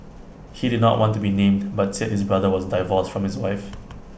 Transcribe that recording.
he did not want to be named but said his brother was divorced from his wife